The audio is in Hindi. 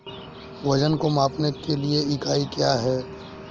वजन को मापने के लिए इकाई क्या है?